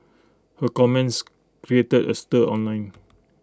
her comments created A stir online